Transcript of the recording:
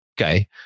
Okay